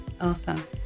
awesome